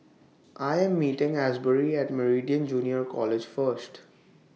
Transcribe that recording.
I Am meeting Asbury At Meridian Junior College First